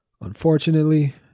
Unfortunately